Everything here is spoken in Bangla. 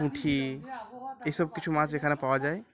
পুঁঠি এইসব কিছু মাছ এখানে পাওয়া যায়